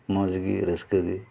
ᱢᱚᱸᱡᱽ ᱜᱮ ᱨᱟᱹᱥᱠᱟᱹ ᱜᱮ